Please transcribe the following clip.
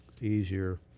easier